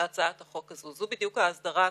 ואם לא הם מאבדים את הזכות שלהם